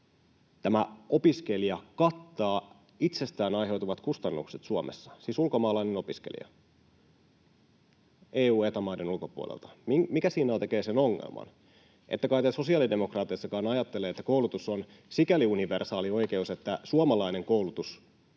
tämä opiskelija kattaa itsestään aiheutuvat kustannukset Suomessa? Siis ulkomaalainen opiskelija, EU- ja Eta-maiden ulkopuolelta. Mikä siinä tekee sen ongelman? Ette kai te sosiaalidemokraateissakaan ajattele, että koulutus on sikäli universaali oikeus, että suomalaisen koulutuksen